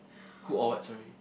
who or what sorry